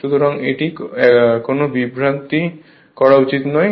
সুতরাং এটি কোনও বিভ্রান্তি হওয়া উচিত নয়